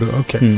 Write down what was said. okay